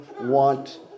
want